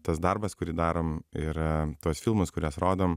tas darbas kurį darom yra tuos filmus kurios rodom